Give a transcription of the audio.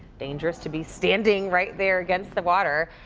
dangerous to be standing right there against the water.